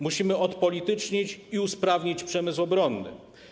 Musimy odpolitycznić i usprawnić przemysł obronny.